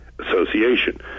association